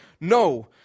No